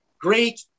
great